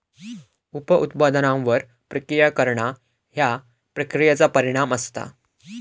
उप उत्पादनांवर प्रक्रिया करणा ह्या प्रक्रियेचा परिणाम असता